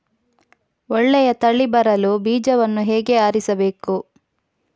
ಒಳ್ಳೆಯ ತಳಿ ಬರಲು ಬೀಜವನ್ನು ಹೇಗೆ ಆರಿಸಬೇಕು?